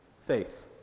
faith